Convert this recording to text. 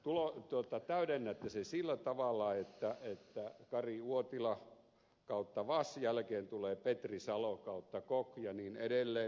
te täydennätte sen sillä tavalla että nimen kari vas jälkeen tulee petri kok ja niin edelleen